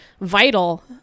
vital